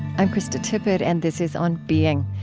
i'm krista tippett, and this is on being.